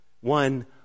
one